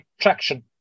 traction